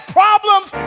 problems